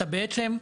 אתה בעצם,